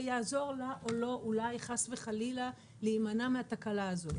יעזור לה או לו אולי חס וחלילה להימנע מהתקלה הזאת.